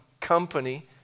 company